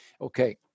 Okay